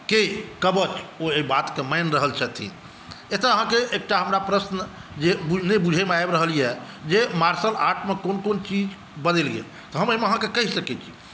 के कवच ओ ओहि बातकेँ मानि रहल छथिन एतऽ अहाँकेँ एकटा हमरा प्रश्न जे नहि बुझयमे आबि रहल यऽ जे मार्शल आर्टमे कोन कोन चीज बदलि गेल तऽ हम एहिमे अहाँकेॅं कहि सकै छी